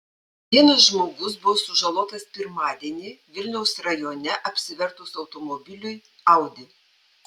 vienas žmogus buvo sužalotas pirmadienį vilniaus rajone apsivertus automobiliui audi